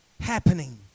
happening